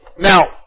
Now